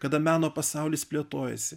kada meno pasaulis plėtojasi